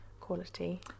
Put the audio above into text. quality